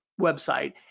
website